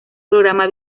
programa